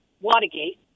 Watergate